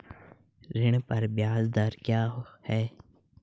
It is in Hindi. ऋण पर ब्याज दर क्या है?